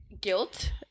guilt